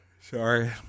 Sorry